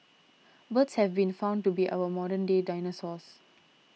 birds have been found to be our modern day dinosaurs